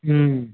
ம்